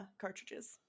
cartridges